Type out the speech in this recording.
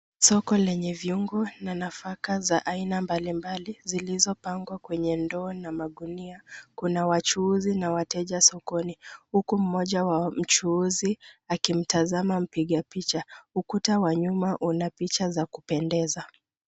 Soko lenye viungo na nafaka za aina mbalimbali zilizopangwa kwenye ndoo na magunia. Kuna wachuuzi na wateja sokoni huku mmoja wa mchuuzi akimtazama mpiga picha. Ukuta wa nyuma una picha za kupendeza.